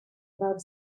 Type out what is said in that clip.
above